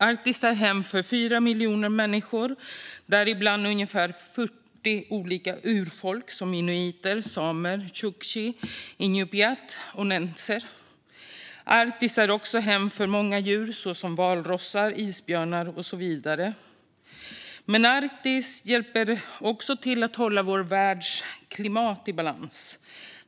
Arktis är hem för 4 miljoner människor, däribland ungefär 40 olika urfolk som inuiter, samer, tjuktjer, inupiater och nentser. Arktis är också hem för många djur, valrossar, isbjörnar och så vidare. Men Arktis hjälper också till att hålla vår världs klimat i balans.